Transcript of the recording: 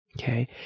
Okay